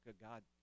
God